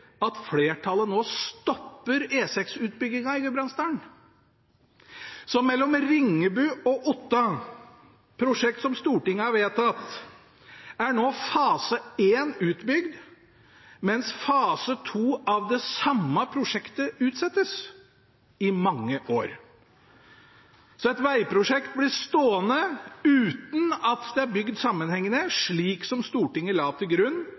at flertallet nå stopper E6-utbyggingen i Gudbrandsdalen, hvor fase 1 mellom Ringebu og Otta er utbygd – et prosjekt som Stortinget har vedtatt – mens fase 2 av det samme prosjektet utsettes i mange år. Et vegprosjekt blir altså stående uten at det er bygd sammenhengende, slik som Stortinget la til grunn